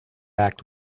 act